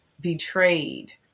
betrayed